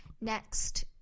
Next